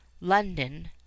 London